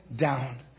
down